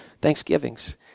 thanksgivings